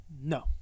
No